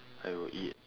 I will eat